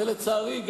ולצערי,